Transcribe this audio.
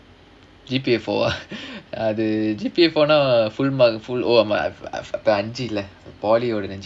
G_P_A four ah அது:adhu G_P_A for now full mark full polytechnic lah